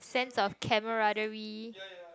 sense of camaraderie